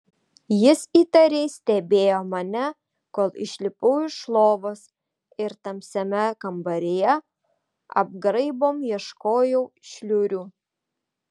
jis įtariai stebėjo mane kol išlipau iš lovos ir tamsiame kambaryje apgraibom ieškojau šliurių